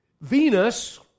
Venus